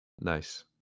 Nice